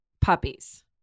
puppies